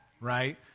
right